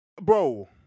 Bro